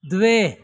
द्वे